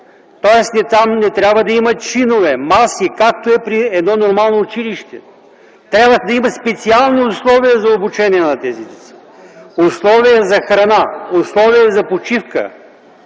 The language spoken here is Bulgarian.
тоест там не трябва да има чинове, маси, както е при едно нормално училище. Трябва да има специални условия за обучение на тези деца – условия за храна, условия за почивка,